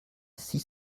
six